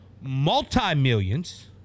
multi-millions